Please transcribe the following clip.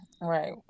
right